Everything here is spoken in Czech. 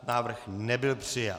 Návrh nebyl přijat.